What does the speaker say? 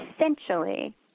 essentially